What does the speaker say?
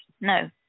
no